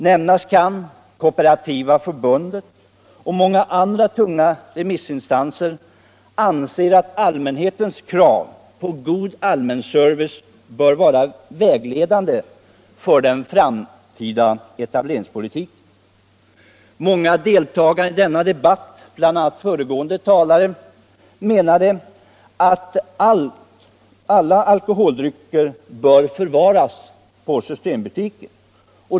Nämnas kan att Kooperativa förbundet och många andra tunga remissinstanser anser att konsumenternas krav på god allmänservice bör vara vägledande för den framtida etableringspolitiken. Många deltagare i denna debatt, bl.a. föregående talare, menade att alla alkoholdrycker bör förvaras i sådana butiker.